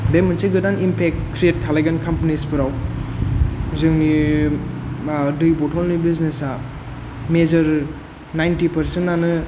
बे मोनसे गोदान इम्पेक्ट क्रियेट खालायगोन कम्पानिस फोराव जोंनि मा दै बथल नि बिजनेसा मेजर नायन्ति पार्सेन्टानो